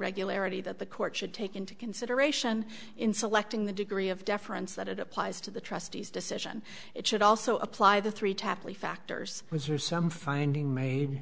irregularity that the court should take into consideration in selecting the degree of deference that it applies to the trustees decision it should also apply the three tapley factors which are some finding made